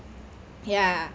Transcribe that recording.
ya